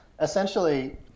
essentially